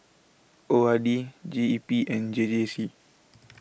O R D G E P and J J C